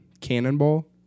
Cannonball